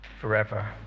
forever